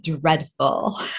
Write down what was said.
dreadful